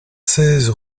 seize